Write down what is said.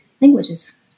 languages